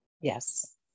Yes